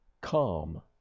calm